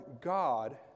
God